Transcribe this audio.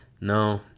No